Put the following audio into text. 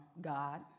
God